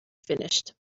finished